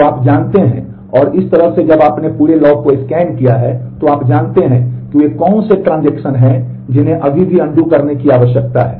तो आप जानते हैं कि क्या आप यदि आप इस दिशा रीडू करने की आवश्यकता है